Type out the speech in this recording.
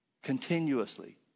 continuously